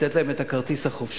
לתת להם את הכרטיס החופשי,